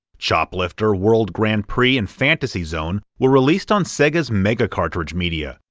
choplifter, world grand prix and fantasy zone were released on sega's mega cartridge media,